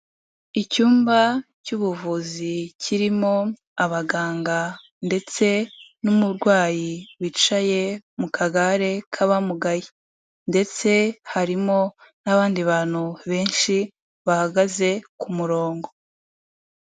Icyumba cy'ubuvuzi kirimo abaganga, ndetse n'umurwayi wicaye mu kagare k'abamugaye, ndetse harimo n'abandi bantu benshi bahagaze ku murongo.